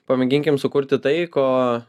pamėginkim sukurti tai ko